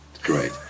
Great